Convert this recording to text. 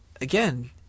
again